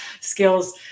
skills